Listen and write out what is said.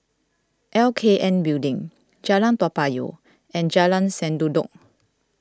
L K N Building Jalan Toa Payoh and Jalan Sendudok